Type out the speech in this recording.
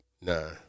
Nah